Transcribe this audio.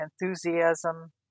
enthusiasm